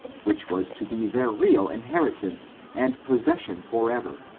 which was to be their real inheritance and possession forever,